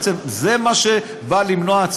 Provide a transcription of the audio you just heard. בעצם זה מה שההצעה נועדה למנוע,